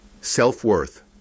Self-worth